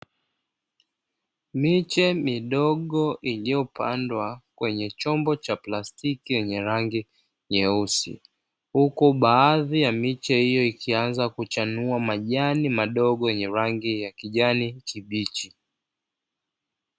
Miche midogo iliyopandwa kwenye chombo cha plastiki, yenye rangi nyeusi huku baadhi ya miche hiyo ikianza kuchanua majani madogo yenye rangi kya kijani kibichi.